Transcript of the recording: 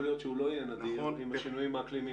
יכול להיות שהוא לא יהיה נדיר עם השינויים האקלימיים.